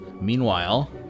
Meanwhile